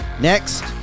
Next